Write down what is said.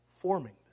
forming